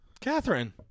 Catherine